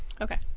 Okay